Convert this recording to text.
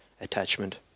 attachment